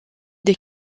des